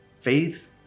Faith